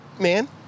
man